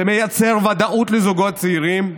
זה מייצר ודאות לזוגות צעירים,